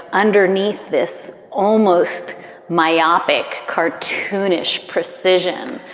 underneath this almost myopic, cartoonish precision,